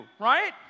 right